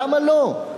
למה לא?